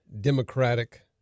democratic